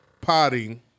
potting